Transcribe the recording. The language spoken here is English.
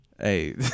Hey